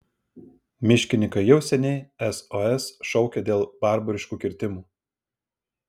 miškininkai jau seniai sos šaukia dėl barbariškų kirtimų